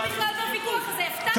לא כלכלית ולא ערכית.